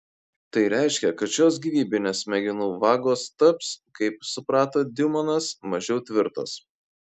tai reiškia kad šios gyvybinės smegenų vagos taps kaip suprato diumonas mažiau tvirtos